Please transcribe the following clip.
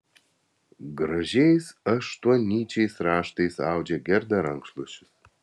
gražiais aštuonnyčiais raštais audžia gerda rankšluosčius